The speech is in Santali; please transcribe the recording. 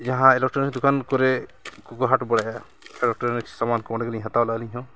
ᱡᱟᱦᱟᱸ ᱤᱞᱮᱠᱴᱨᱚᱱᱤᱠ ᱫᱚᱠᱟᱱ ᱠᱚᱨᱮ ᱩᱱᱠᱩ ᱠᱚ ᱦᱟᱴ ᱵᱟᱲᱟᱭᱟ ᱤᱞᱮᱠᱴᱨᱚᱱᱤᱠ ᱥᱟᱢᱟᱱ ᱠᱚ ᱚᱸᱰᱮ ᱜᱮᱞᱤᱧ ᱦᱟᱛᱟᱣ ᱞᱮᱜᱼᱟ ᱟᱹᱞᱤᱧ ᱦᱚᱸ